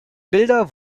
bilder